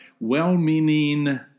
well-meaning